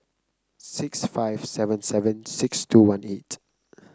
six five seven seven six two one eight